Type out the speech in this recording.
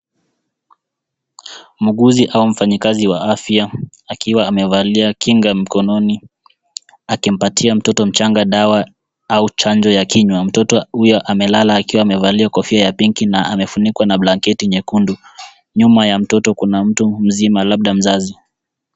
Muuguzi au mfanyikazi wa afya akiwa amevalia kinga mkononi akimpatia mtoto mchanga dawa au chanjo ya kinywa. Mtoto huyo amelala akiwa amevalia kofia ya pinki na amefunikwa na blanketi nyekundu. Nyuma ya mtoto kuna mtu mzima labda mzazi.